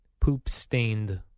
poop-stained